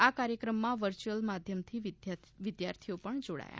આ કાર્યક્રમમાં વર્યુઅલ માધ્યમથી વિદ્યાર્થીઓ પણ જોડાયા